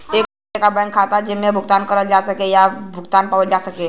एक तरे क बैंक खाता जेमन भुगतान पावल जा सके या भुगतान करल जा सके